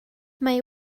mae